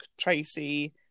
tracy